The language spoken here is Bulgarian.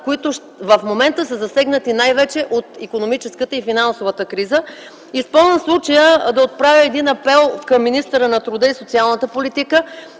хората, в момента засегнати най-вече от икономическата и финансовата криза. Използвам случая да отправя апел към министъра на труда и социалната политика